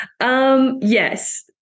Yes